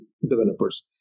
developers